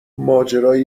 ماجرای